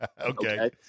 Okay